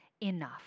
enough